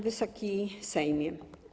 Wysoki Sejmie!